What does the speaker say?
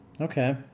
Okay